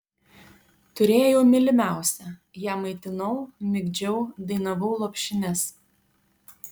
turėjau mylimiausią ją maitinau migdžiau dainavau lopšines